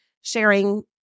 sharing